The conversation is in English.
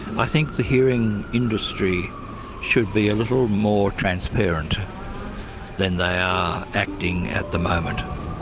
i think the hearing industry should be a little more transparent than they are acting at the moment.